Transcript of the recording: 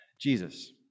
Jesus